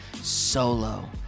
solo